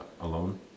alone